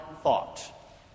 thought